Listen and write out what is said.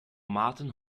martin